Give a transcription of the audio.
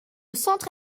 centre